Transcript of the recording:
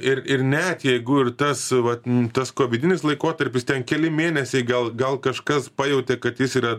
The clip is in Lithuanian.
ir ir net jeigu ir tas vat tas kovidinis laikotarpis ten keli mėnesiai gal gal kažkas pajautė kad jis yra